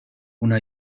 una